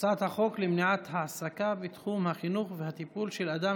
למניעת העסקה בתחום החינוך והטיפול של אדם